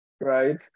right